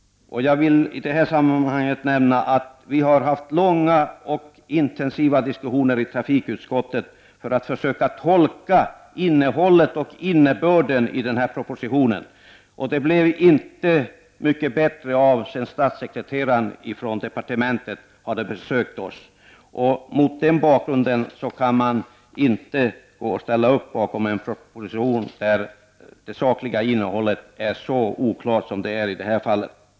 Jag vill i detta sammanhang nämna att vi har haft långa och intensiva diskussioner i trafikutskottet för att försöka tolka innehållet och innebörden i propositionen. Det blev inte mycket bättre efter det att statssekreteraren från departementet hade besökt oss. Mot den bakgrunden kan man inte ställa upp bakom en proposition där det sakliga innehållet är så oklart som det är i det här fallet.